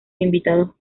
invitados